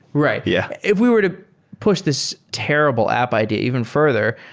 right. yeah if we were to push this terrible app idea even further,